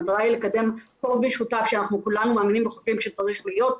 המטרה היא לקדם פורום משותף שאנחנו כולנו מאמינים בחופים שצריך להיות,